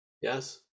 Yes